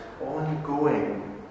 ongoing